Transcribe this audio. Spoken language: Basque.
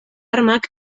armak